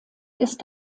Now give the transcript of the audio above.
ist